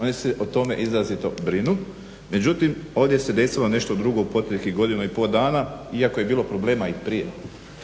Oni se o tome izrazito brinu, međutim ovdje se desilo nešto drugo u proteklih godinu i pol dana iako je bilo problema i prije.